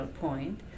point